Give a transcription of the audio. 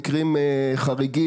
המקרים החריגים